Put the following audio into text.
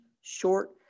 short